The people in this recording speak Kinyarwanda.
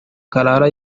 karara